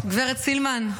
גב' סילמן,